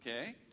okay